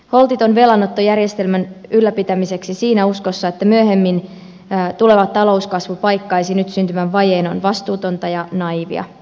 holtiton velanotto järjestelmän ylläpitämiseksi siinä uskossa että myöhemmin tuleva talouskasvu paikkaisi nyt syntyvän vajeen on vastuutonta ja naiivia